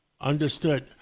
Understood